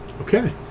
Okay